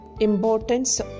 importance